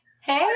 Hey